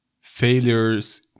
failures